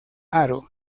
haro